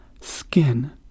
skin